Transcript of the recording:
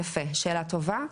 יפה, שאלה טובה.